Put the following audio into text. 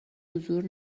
حضور